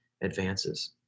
advances